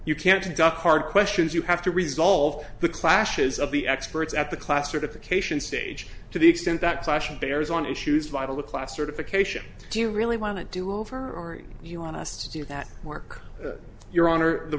you can't duck hard questions you have to resolve the clashes of the experts at the class certification stage to the extent that question bears on issues vital to class certification do you really want to do or do you want us to do that mark your honor the